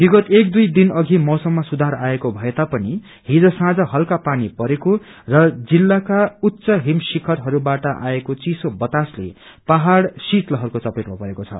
विगत एक दुई दिन अवि मौसममा सुधार आएको भएता पनि हिज सांस्न हल्का पानी परेको र जिल्लाका उच्च हिम शिखहरहरूबाट आएको चिसो बतासले पहाड शीत लहरको चपेटमा परेको छ